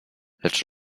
lecz